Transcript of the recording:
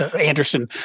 Anderson